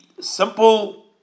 simple